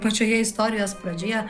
pačioje istorijos pradžioje